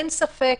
כאינטרס שלנו,